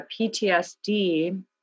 PTSD